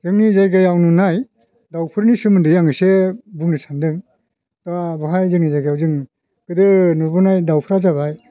जोंनि जायगायाव नुनाय दाउफोरनि सोमोन्दै आं एसे बुंनो सान्दों बेहाय जोंनि जायगायाव जों गोदो नुबोनाय दाउफ्रा जाबाय